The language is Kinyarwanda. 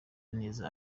neza